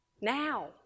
now